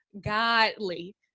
godly